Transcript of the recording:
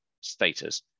status